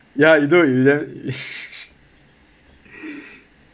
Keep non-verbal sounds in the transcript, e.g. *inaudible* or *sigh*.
ya you dude you damn *laughs*